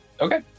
okay